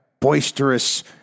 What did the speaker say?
boisterous